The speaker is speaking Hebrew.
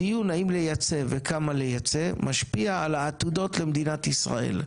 הדיון האם לייצא וכמה לייצא משפיע על העתודות למדינת ישראל.